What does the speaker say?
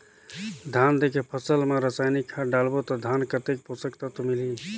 धान देंके फसल मा रसायनिक खाद डालबो ता धान कतेक पोषक तत्व मिलही?